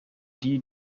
die